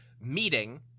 meeting